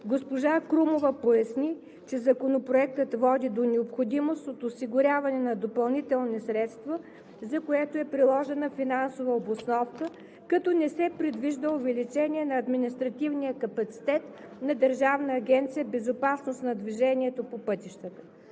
госпожа Крумова поясни, че Законопроектът води до необходимост от осигуряване на допълнителни средства, за което е приложена финансова обосновка, като не се предвижда увеличение на административния капацитет на Държавна агенция „Безопасност на движението по пътищата“.